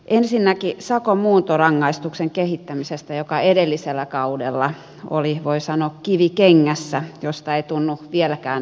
ensinnäkin sakon muuntorangaistuksen kehittämisestä joka edellisellä kaudella oli voi sanoa kivi kengässä ja siitä ei tunnu vieläkään päästävän eroon